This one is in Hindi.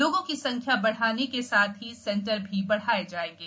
लोगों की संख्या बढ़ाने के साथ ही सेंटर भी बढ़ाए जाएंगे